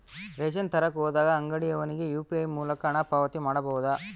Ration ತರಕ ಹೋದಾಗ ಅಂಗಡಿಯವನಿಗೆ ಯು.ಪಿ.ಐ ಮೂಲಕ ಹಣ ಪಾವತಿ ಮಾಡಬಹುದಾ?